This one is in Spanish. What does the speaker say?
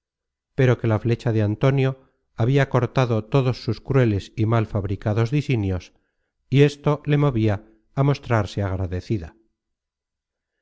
pero que la fecha de antonio habia cortado todos sus crueles y mal fabricados disinios y esto le movia á mostrarse agradecida